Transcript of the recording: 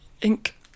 ink